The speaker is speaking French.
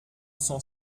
cent